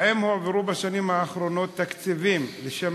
2. האם הועברו בשנים האחרונות תקציבים לשם